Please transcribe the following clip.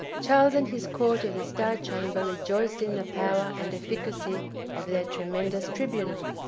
charles and his court of the star chamber rejoiced in the power and efficacy of their tremendous tribunal.